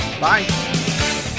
Bye